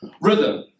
rhythm